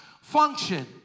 function